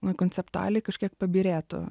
na konceptualiai kažkiek pagerėtų